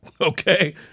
okay